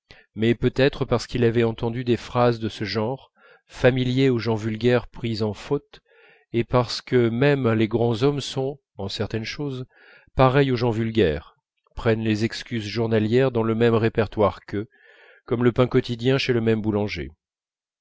mais peut-être parce qu'il avait entendu des phrases de ce genre familier aux gens vulgaires pris en faute et parce que même les grands hommes sont en certaines choses pareils aux gens vulgaires prennent les excuses journalières dans le même répertoire qu'eux comme le pain quotidien chez le même boulanger